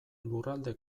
lurralde